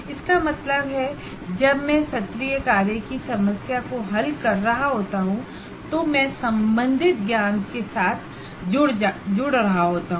इसका मतलब है कि जब मैं असाइनमेंट प्रॉब्लम्स हल कर रहा होता हूं तो मैं संबंधित ज्ञान के साथ जुड़ रहा होता हूं